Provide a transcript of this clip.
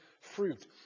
fruit